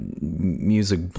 music